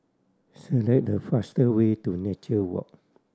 select the faster way to Nature Walk